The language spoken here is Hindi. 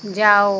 जाओ